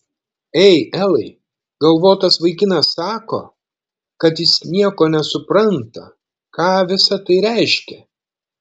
ei elai galvotas vaikinas sako kad jis nieko nesupranta ką visa tai reiškia